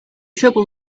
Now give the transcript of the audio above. trouble